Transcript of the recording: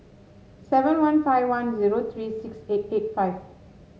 seven one five one zero three six eight eight five